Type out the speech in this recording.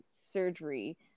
surgery